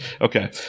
Okay